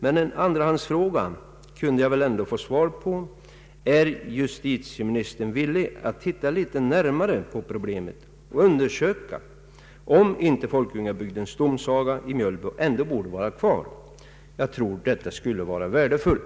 Men en andrahandsfråga kunde jag väl ändå få svar på: Är justitieministern villig att titta litet närmare på problemet och undersöka om inte Folkungabygdens domsaga i Mjölby ändå borde vara kvar? Jag tror att detta skulle vara värdefullt.